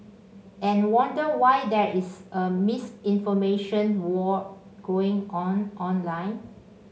and wonder why there is a misinformation war going on online